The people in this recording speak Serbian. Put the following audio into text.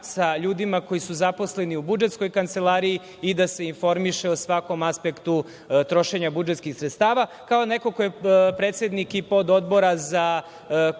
sa ljudima koji su zaposleni u budžetskoj kancelariji i da se informiše o svakom aspektu trošenja budžetskih sredstava. Kao neko ko je predsednik i pododbora za kontrolu